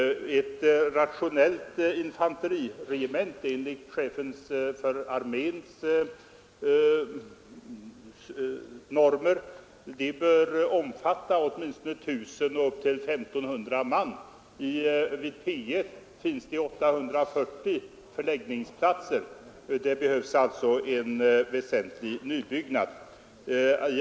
Ett rationellt infanteriregemente bör enligt chefens för armén normer omfatta åtminstone 1 000 och upp till 1 500 man. Vid P 1 finns det 840 förläggningsplatser. Det skulle alltså behövas en väsentlig nybyggnad där.